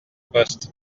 poste